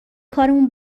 کارمون